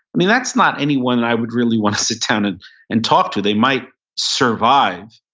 that's not anyone i would really want to sit down and and talk to. they might survive,